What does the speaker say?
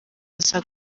aza